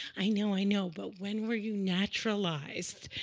i know, i know, but when were you naturalized?